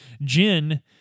Jin